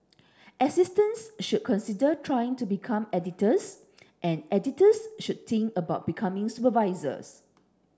assistants should consider trying to become editors and editors should think about becoming supervisors